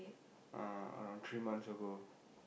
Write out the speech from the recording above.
uh around three months ago